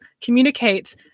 communicate